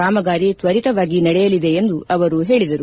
ಕಾಮಗಾರಿ ತ್ವರಿತವಾಗಿ ನಡೆಯಲಿದೆ ಎಂದು ಅವರು ಹೇಳಿದರು